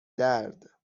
درد